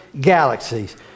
galaxies